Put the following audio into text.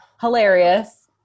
hilarious